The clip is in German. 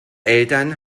eltern